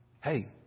Hey